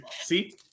See